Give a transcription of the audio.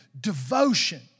devotion